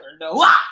no